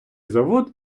завод